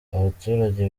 abaturage